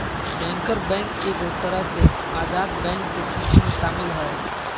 banker bank एगो तरह से आजाद बैंक के सूची मे शामिल हय